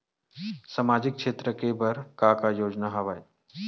सामाजिक क्षेत्र के बर का का योजना हवय?